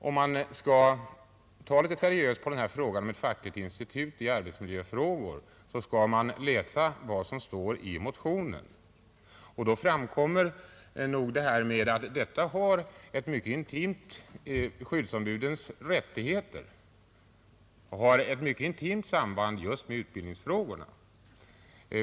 Om man vill ta seriöst på frågan om inrättande av ett fackligt institut i arbetsmiljöfrågor tror jag man bör läsa vad som står i vår motion; där framgår det att skyddsombudens rättigheter har ett mycket intimt samband just med utbildningsfrågorna.